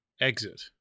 exit